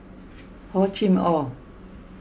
Hor Chim or